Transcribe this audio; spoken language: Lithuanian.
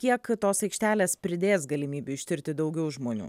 kiek tos aikštelės pridės galimybių ištirti daugiau žmonių